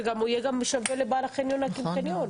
שגם יהיה שווה לבעל החניון להקים חניון,